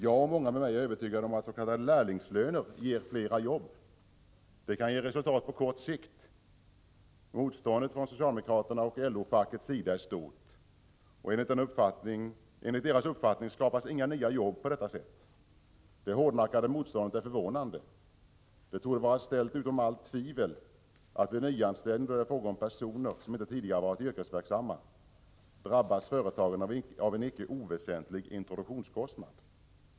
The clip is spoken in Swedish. Jag och många med mig är övertygade om att s.k. lärlingslöner ger flera jobb. Detta kan ge resultat på kort sikt. Motståndet från socialdemokraternas och LO-fackets sida är stort. Enligt deras uppfattning skapas inga nya jobb på detta sätt. Det hårdnackade motståndet är förvånande. Det torde vara ställt utom allt tvivel, att vid nyanställning då det är fråga om personer som inte tidigare varit yrkesverksamma drabbas företagen av en icke oväsentlig introduktionskostnad.